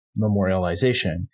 memorialization